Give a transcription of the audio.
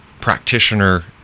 practitioner